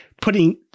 putting